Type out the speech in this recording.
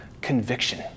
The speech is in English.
conviction